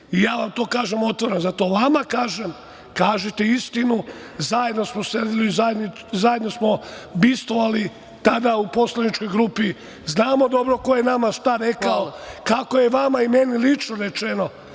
Ja vam to kažem otvoreno. Zato vama kažem, kažite istinu. Zajedno smo sedeli, zajedno smo bivstvovali tada u poslaničkoj grupi, znamo dobro ko je nama šta rekao, kako je vama i meni lično rečeno